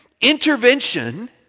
intervention